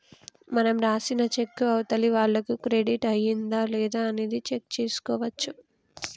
మనం రాసిన చెక్కు అవతలి వాళ్లకు క్రెడిట్ అయ్యిందా లేదా అనేది చెక్ చేసుకోవచ్చు